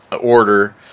order